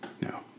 No